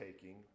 taking